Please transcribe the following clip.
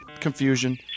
confusion